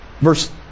Verse